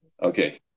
Okay